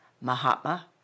Mahatma